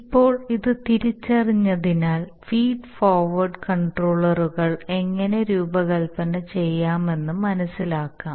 ഇപ്പോൾ ഇത് തിരിച്ചറിഞ്ഞതിനാൽ ഫീഡ് ഫോർവേഡ് കണ്ട്രോളറുകൾ എങ്ങനെ രൂപകൽപ്പന ചെയ്യാമെന്ന് മനസിലാക്കാം